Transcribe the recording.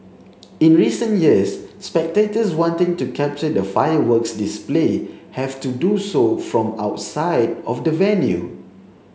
in recent years spectators wanting to capture the fireworks display have to do so from outside of the venue